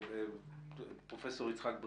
בבקשה.